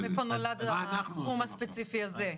השאלה היא מאיפה נולד הסכום הספציפי הזה?